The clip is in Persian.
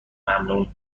ممنون